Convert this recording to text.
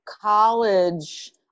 college